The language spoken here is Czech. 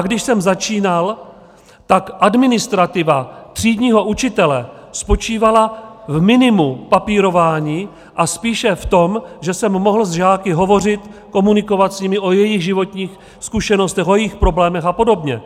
Když jsem já začínal, tak administrativa třídního učitele spočívala v minimu papírování a spíše v tom, že jsem mohl s žáky hovořit, komunikovat s nimi o jejich životních zkušenostech, o jejich problémech a podobně.